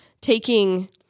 taking